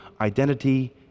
identity